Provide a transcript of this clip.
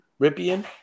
Ripian